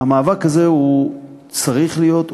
המאבק הזה צריך להיות,